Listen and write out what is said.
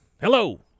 Hello